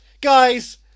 Guys